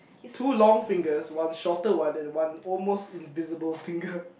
two long fingers one shorter one and one almost invisible finger